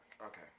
Okay